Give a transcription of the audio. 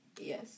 Yes